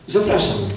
Zapraszam